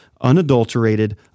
Unadulterated